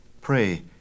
Pray